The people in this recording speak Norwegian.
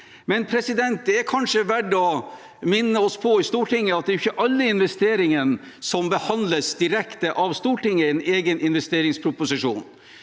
Forsvaret, men det er kanskje verdt å minne oss i Stortinget på at det ikke er alle investeringene som behandles direkte av Stortinget i en egen investeringsproposisjon.